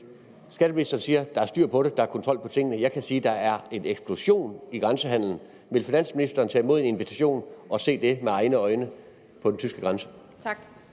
Skatteministeren siger: Der er styr på det, der er kontrol over tingene. Men jeg kan sige, at der er sket en eksplosion i grænsehandelen. Vil finansministeren tage imod en invitation og se det med egne øjne ved den tyske grænse? Kl.